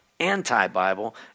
anti-bible